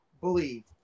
believe